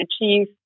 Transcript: achieve